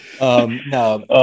No